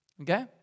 Okay